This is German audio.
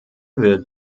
wird